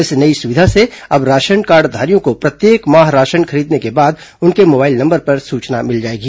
इस नई सुविधा से अब राशन कार्डधारियों को प्रत्येक माह राशन खरीदने के बाद उनके मोबाइल नंबर पर सूचना मिल जाएगी